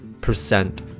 percent